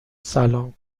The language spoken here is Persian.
سلام